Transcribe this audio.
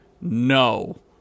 No